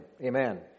Amen